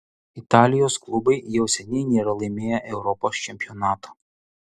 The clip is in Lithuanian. italijos klubai jau seniai nėra laimėję europos čempionato